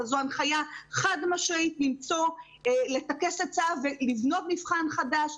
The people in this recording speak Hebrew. אבל זו הנחיה חד-משמעית לטכס עצה ולבנות מבחן חדש,